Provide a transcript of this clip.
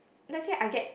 lets say I get